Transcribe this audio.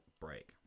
break